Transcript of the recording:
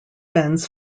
benz